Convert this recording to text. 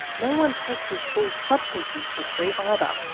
no one takes his full substance use history either.